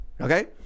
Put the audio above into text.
okay